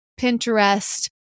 Pinterest